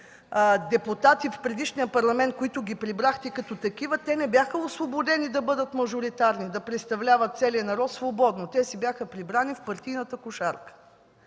депутати в предишния Парламент, които ги прибрахте като такива, не бяха освободени да бъдат мажоритарни, да представляват целия народ свободно – те си бяха прибрани в партийната кошарка.